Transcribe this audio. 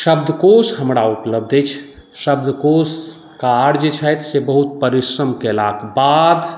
शब्दकोश हमरा उपलब्ध अछि शब्दकोशकार जे छथि से बहुत परिश्रम कयलाक बाद